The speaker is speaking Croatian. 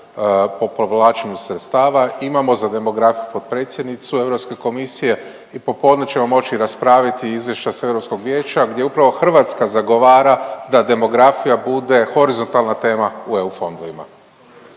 po povlačenju sredstava. Imamo za demografiju potpredsjednicu Europske komisije i popodne ćemo moći raspraviti izvješća sa Europskog vijeća gdje upravo Hrvatska zagovara da demografija bude horizontalna tema u EU fondovima.